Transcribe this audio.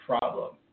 problem